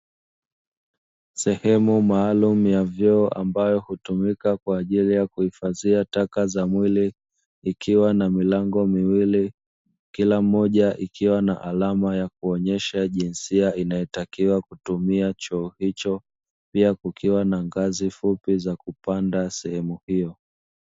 Sehemu maalumu ya vyoo ambayo hutumika kwaajili kuhifadhia taka za mwili, ikiwa na milango miwili, kila mmoja ikiwa na alama ya kuonyesha jinsia inayotakiwa kutumia choo hicho, pia kukiwa na ngazi fupi za kupanda sehemu hiyo.